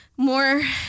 More